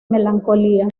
melancolía